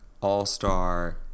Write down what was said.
all-star